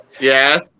Yes